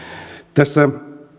tässä